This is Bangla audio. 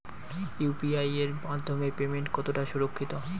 ইউ.পি.আই এর মাধ্যমে পেমেন্ট কতটা সুরক্ষিত?